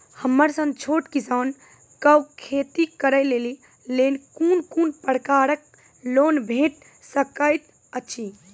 हमर सन छोट किसान कअ खेती करै लेली लेल कून कून प्रकारक लोन भेट सकैत अछि?